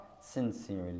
sincerely